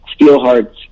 Steelhearts